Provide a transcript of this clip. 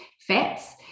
fats